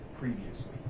previously